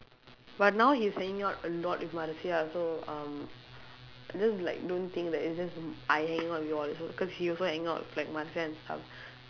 but now he's hanging out a lot with marcia so um just like don't think that it's just I hang out with you all cause he also hang out with marcia and stuff